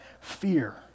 Fear